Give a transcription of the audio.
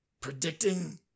predicting